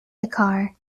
dakar